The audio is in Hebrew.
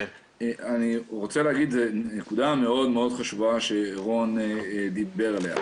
אני רוצה להגיד נקודה מאוד חשובה שרון דיבר עליה.